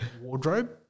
wardrobe